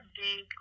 big